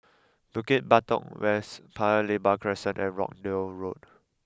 Bukit Batok West Paya Lebar Crescent and Rochdale Road